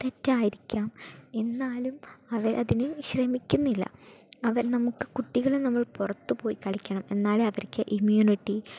എന്നാലും അവരതിന് ശ്രമിക്കുന്നില്ല അവർ നമുക്ക് കുട്ടികൾ നമ്മൾ പുറത്തു പോയി കളിക്കണം എന്നാലേ അവർക്ക് ഇമ്മ്യൂണിറ്റി